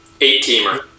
Eight-teamer